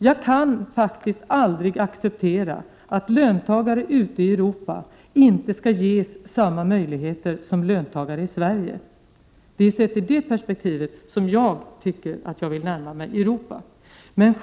Jag kan aldrig acceptera att löntagare ute i Europa inte skall ges samma möjligheter som löntagare i Sverige. Det är i det perspektivet jag vill närma mig Europa.